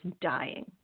dying